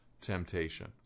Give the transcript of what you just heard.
temptation